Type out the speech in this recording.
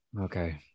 Okay